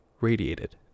radiated